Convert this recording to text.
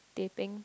teh peng